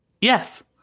Yes